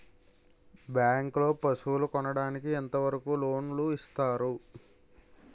Bank లో పశువుల కొనడానికి ఎంత వరకు లోన్ లు ఇస్తారు?